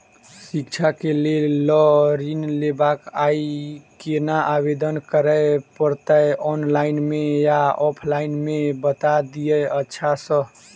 शिक्षा केँ लेल लऽ ऋण लेबाक अई केना आवेदन करै पड़तै ऑनलाइन मे या ऑफलाइन मे बता दिय अच्छा सऽ?